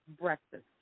Breakfast